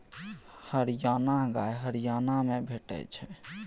हरियाणा गाय हरियाणा मे भेटै छै